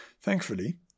Thankfully